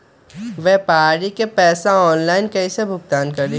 व्यापारी के पैसा ऑनलाइन कईसे भुगतान करी?